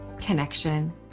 connection